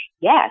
Yes